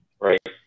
right